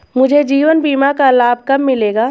मुझे जीवन बीमा का लाभ कब मिलेगा?